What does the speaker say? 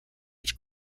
his